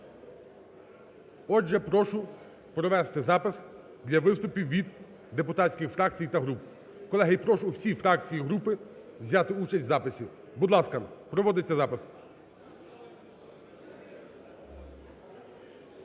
Отже, прошу провести запис для виступів від депутатських фракцій та груп. Колеги, і прошу всі фракції і групи взяти участь в записі. Будь ласка, проводиться запис.